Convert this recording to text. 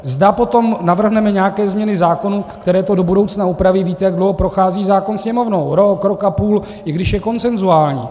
Zda potom navrhneme nějaké změny zákonů, které to do budoucna upraví, víte, jak dlouho prochází zákon Sněmovnou, rok, rok a půl, i když je konsenzuální.